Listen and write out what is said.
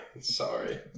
sorry